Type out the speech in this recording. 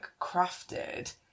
crafted